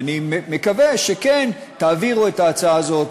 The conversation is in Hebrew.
ואני מקווה שכן תעבירו את ההצעה הזאת